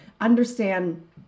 understand